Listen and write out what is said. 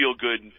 feel-good